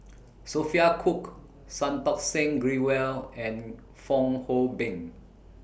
Sophia Cooke Santokh Singh Grewal and Fong Hoe Beng